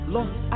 Lost